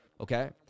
Okay